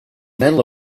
medal